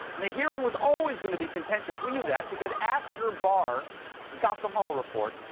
the hearing was always going to be contentious, we knew that, because after barr got the mueller report,